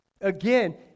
Again